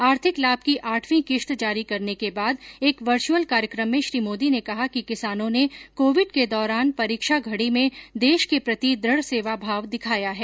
आर्थिक लाभ की आठवीं किस्त जारी करने के बाद एक वर्चअल कार्यक्रम में श्री मोदी ने कहा कि किसानों ने कोविड के दौरान परीक्षा घड़ी में देश के प्रति दु ढ़ सेवा भाव दिखाया है